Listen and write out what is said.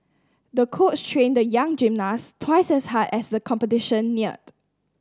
the coach trained the young gymnast twice as hard as the competition neared